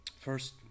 First